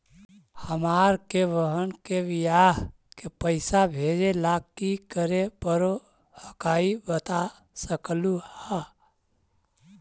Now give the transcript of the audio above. हमार के बह्र के बियाह के पैसा भेजे ला की करे परो हकाई बता सकलुहा?